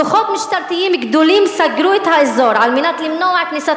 כוחות משטרתיים גדולים סגרו את האזור על מנת למנוע כניסת